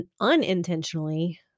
unintentionally